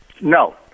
No